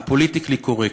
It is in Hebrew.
הפוליטיקלי-קורקט.